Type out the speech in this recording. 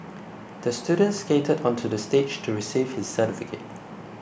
the student skated onto the stage to receive his certificate